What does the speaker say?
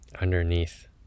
underneath